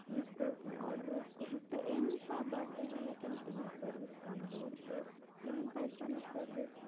یُس پرٛوڈَکٹ مےٚ آرڈَر اوس کوٚرمُت تہٕ اَمہِ حساب باسیو مےٚ یَتَن یٚہِنٛز سٔروِس کمزور تہٕ یِمَن پَزِ پَنٕنۍ سٔروِس